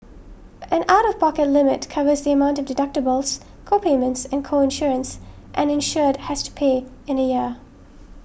an out of pocket limit covers the amount of deductibles co payments and co insurance an insured has to pay in a year